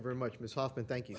very much miss off and thank you